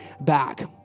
back